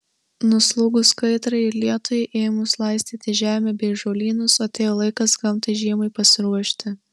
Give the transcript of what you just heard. nuslūgus kaitrai ir lietui ėmus laistyti žemę bei žolynus atėjo laikas gamtai žiemai pasiruošti